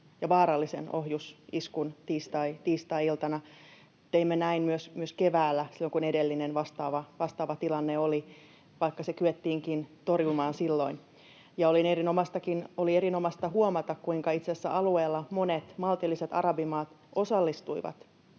ja vaarallisen ohjusiskun tiistai-iltana. Teimme näin myös keväällä, silloin kun edellinen vastaava tilanne oli, vaikka se kyettiinkin torjumaan silloin. Oli erinomaista huomata, kuinka itse asiassa alueella monet maltilliset arabimaat osallistuivat